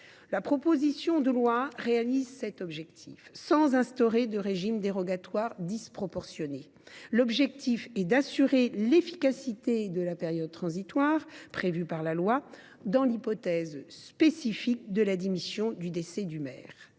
La proposition de loi permet de satisfaire à cet objectif sans instaurer de régime dérogatoire disproportionné : il s’agit d’assurer l’efficacité de la période transitoire prévue par la loi dans l’hypothèse spécifique de la démission ou du décès du maire.